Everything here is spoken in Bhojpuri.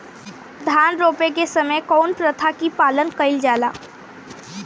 धान रोपे के समय कउन प्रथा की पालन कइल जाला?